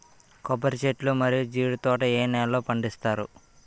కొబ్బరి చెట్లు మరియు జీడీ తోట ఏ నేలల్లో పండిస్తారు?